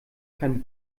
kein